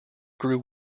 grew